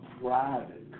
private